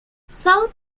south